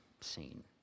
scene